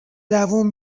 دووم